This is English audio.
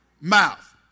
Mouth